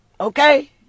okay